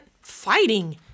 fighting